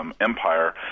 Empire